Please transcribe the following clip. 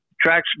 track's